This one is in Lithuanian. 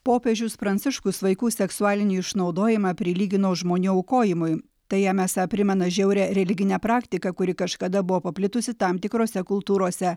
popiežius pranciškus vaikų seksualinį išnaudojimą prilygino žmonių aukojimui tai jam esą primena žiaurią religinę praktiką kuri kažkada buvo paplitusi tam tikrose kultūrose